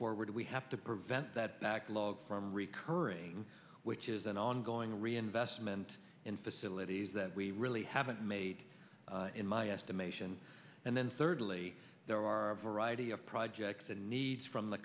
forward we have to prevent that backlog from recurring which is an ongoing reinvestment in facilities that we really haven't made in my estimation and then thirdly there are a variety of projects and needs from the